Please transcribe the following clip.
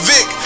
Vic